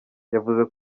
yavuze